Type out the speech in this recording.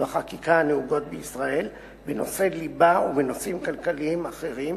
והחקיקה הנהוגות בישראל בנושאי ליבה ובנושאים כלליים אחרים